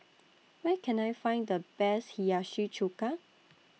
Where Can I Find The Best Hiyashi Chuka